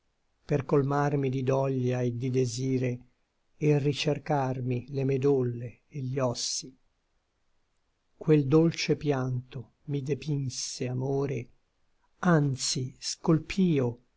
per colmarmi di doglia et di desire et ricercarmi le medolle et gli ossi quel dolce pianto mi depinse amore anzi scolpío